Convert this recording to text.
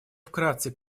вкратце